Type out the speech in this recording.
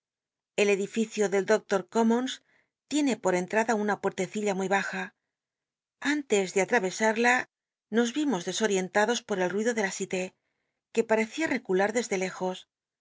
el edificio de los doclod commons tiene por entrada una puertccilla m y baja antes ele atrayesarln nos vimos desorien tados po el tuido de la cité que parecía recular desde lejos